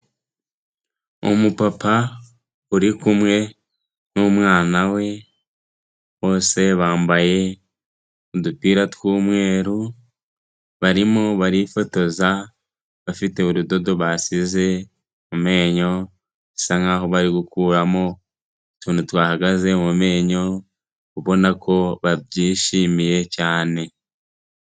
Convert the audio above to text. Umupapa uri kumwe n'umwana we, bose bambaye udupira tw'umweru, barimo barifotoza, bafite urudodo basize mu menyo, bisa nk'aho bari gukuramo utuntu twahagaze mu menyo, ubona ko babyishimiye cyane.